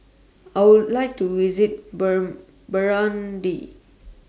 I Would like to visit Burn Burundi